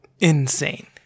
insane